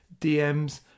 DMs